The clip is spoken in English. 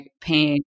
pain